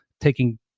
taking